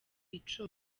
icumi